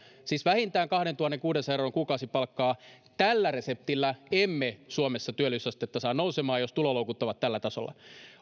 siis vähintään kahdentuhannenkuudensadan euron kuukausipalkkaa tällä reseptillä emme suomessa työllisyysastetta saa nousemaan jos tuloloukut ovat tällä tasolla